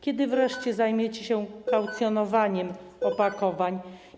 Kiedy wreszcie zajmiecie się kaucjonowaniem opakowań?